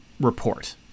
report